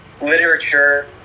literature